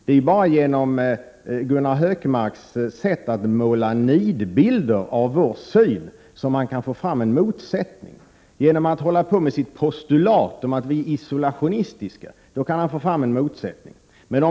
Det är ju bara genom Gunnar Hökmarks sätt att måla nidbilder av vår syn som man kan få fram en motsättning. Genom att envist föra fram sitt postulat om att vi är isolationistiska kan han få fram en motsättning.